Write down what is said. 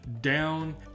down